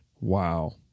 Wow